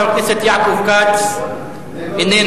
חבר הכנסת יעקב כץ איננו,